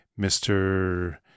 Mr